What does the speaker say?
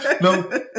No